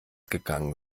gegangen